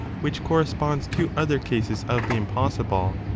which corresponds to other cases of the impossible,